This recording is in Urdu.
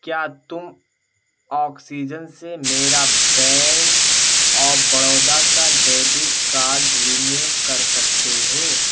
کیا تم آکسیجن سے میرا بینک آف بڑودا کا ڈیبٹ کارڈ رموو کر سکتے ہو